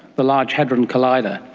the large hadron collider,